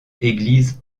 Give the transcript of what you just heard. église